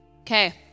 Okay